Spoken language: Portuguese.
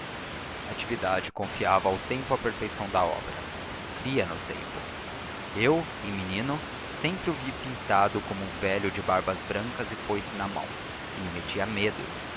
natividade confiava ao tempo a perfeição da obra cria no tempo eu em menino sempre o vi pintado como um velho de barbas brancas e foice na mão que me metia medo